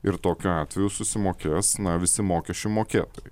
ir tokiu atveju susimokės visi mokesčių mokėtojai